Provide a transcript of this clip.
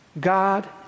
God